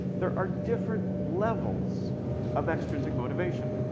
there are different levels of extrinsic motivation.